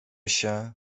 się